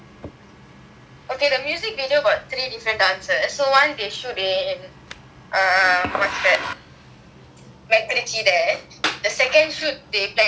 okay the music video got three different dances so one they shoot they in err what's that macritchie there the second shoot they planning to do at hall one